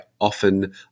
often